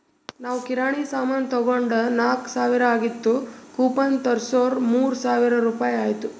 ನಾವ್ ಕಿರಾಣಿ ಸಾಮಾನ್ ತೊಂಡಾಗ್ ನಾಕ್ ಸಾವಿರ ಆಗಿತ್ತು ಕೂಪನ್ ತೋರ್ಸುರ್ ಮೂರ್ ಸಾವಿರ ರುಪಾಯಿ ಆಯ್ತು